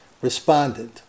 responded